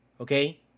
okay